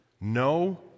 no